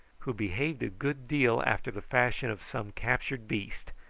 who behaved a good deal after the fashion of some captured beast,